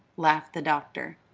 laughed the doctor.